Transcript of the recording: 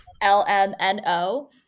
L-M-N-O